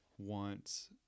want